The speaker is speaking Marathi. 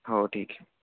हो ठीक आहे